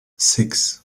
six